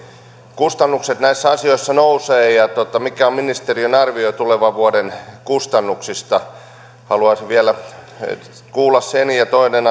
kustannukset näissä asioissa nousevat mikä on ministerin arvio tulevan vuoden kustannuksista haluaisin vielä kuulla sen ja toinen